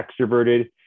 extroverted